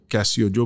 Casio